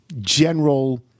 general